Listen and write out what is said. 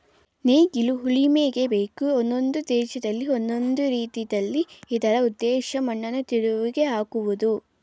ನೇಗಿಲು ಉಳುಮೆಗೆ ಬೇಕು ಒಂದೊಂದು ದೇಶದಲ್ಲಿ ಒಂದೊಂದು ರೀತಿಲಿದ್ದರೂ ಇದರ ಉದ್ದೇಶ ಮಣ್ಣನ್ನು ತಿರುವಿಹಾಕುವುದು